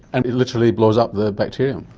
and it literally blows up the bacteria. um